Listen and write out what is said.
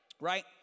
right